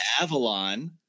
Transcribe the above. Avalon